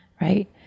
Right